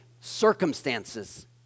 circumstances